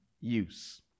use